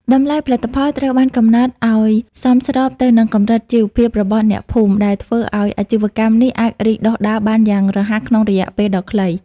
តម្លៃផលិតផលត្រូវបានកំណត់ឱ្យសមស្របទៅនឹងកម្រិតជីវភាពរបស់អ្នកភូមិ ដែលធ្វើឱ្យអាជីវកម្មនេះអាចរីកដុះដាលបានយ៉ាងរហ័សក្នុងរយៈពេលដ៏ខ្លី។